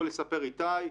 יכול לספר איתי,